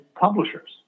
publishers